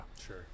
Sure